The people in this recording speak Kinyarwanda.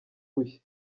bushya